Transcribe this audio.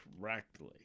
correctly